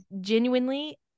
genuinely